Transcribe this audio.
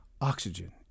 oxygen